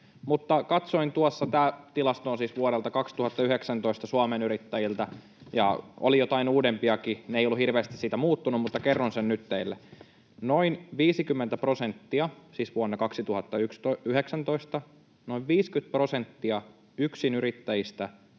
— tämä tilasto on siis vuodelta 2019 Suomen Yrittäjiltä, oli joitain uudempiakin, ne eivät olleet hirveästi siitä muuttuneet — ja kerron sen nyt teille: noin 50 prosenttia, siis vuonna 2019, yksinyrittäjistä